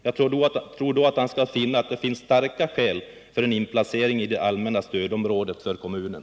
Jag tror att han därvid skall finna starka skäl för en inplacering i det allmänna stödområdet av kommunen.